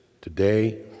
today